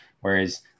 Whereas